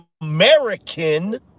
American